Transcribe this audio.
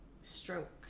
stroke